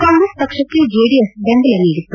ಕಾಂಗ್ರೆಸ್ ಪಕ್ಷಕ್ಕೆ ಜೆಡಿಎಸ್ ಬೆಂಬಲ ನೀಡಿತ್ತು